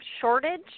shortage